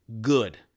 good